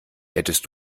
hättest